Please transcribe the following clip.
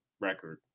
record